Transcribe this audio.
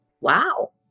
wow